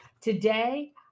Today